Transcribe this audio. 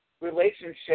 relationship